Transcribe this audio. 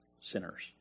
sinners